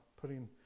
putting